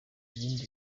ibindi